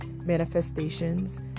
manifestations